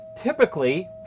Typically